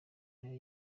nayo